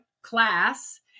class